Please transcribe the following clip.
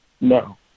No